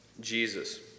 Jesus